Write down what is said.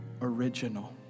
original